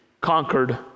conquered